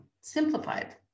simplified